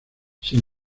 sin